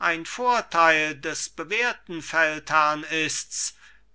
ein vorteil des bewährten feldherrn ists